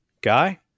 Guy